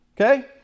Okay